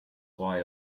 why